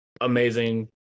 amazing